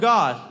God